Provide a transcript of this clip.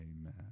amen